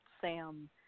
Sam